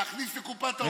להכניס לקופת האוצר,